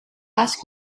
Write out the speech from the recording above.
ask